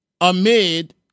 amid